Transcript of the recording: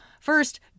First